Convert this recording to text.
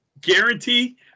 Guarantee